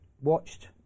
watched